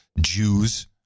Jews